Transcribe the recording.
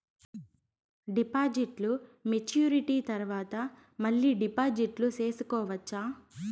డిపాజిట్లు మెచ్యూరిటీ తర్వాత మళ్ళీ డిపాజిట్లు సేసుకోవచ్చా?